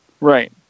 Right